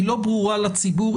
היא לא ברורה לציבור.